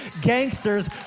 Gangsters